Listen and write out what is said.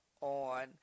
on